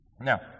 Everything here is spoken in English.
Now